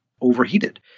overheated